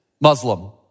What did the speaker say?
Muslim